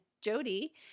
Jody